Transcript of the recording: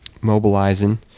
mobilizing